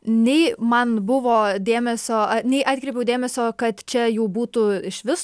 nei man buvo dėmesio nei atkreipiau dėmesio kad čia jų būtų išvis